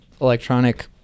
electronic